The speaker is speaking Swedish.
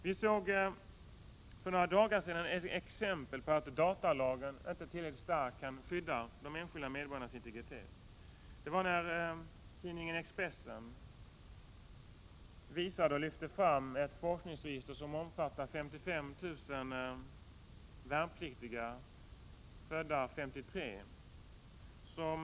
Vi såg för några dagar sedan ett exempel på att datalagen inte tillräckligt starkt kan skydda de enskilda medborgarnas integritet. Det var när tidningen Expressen lyfte fram ett forskningsregister som omfattar 55 000 värnpliktiga födda 1953.